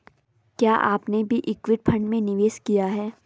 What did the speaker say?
क्या आपने भी इक्विटी फ़ंड में निवेश किया है?